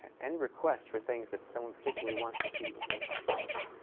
any requests for things that someone particularly wants to see before class is over?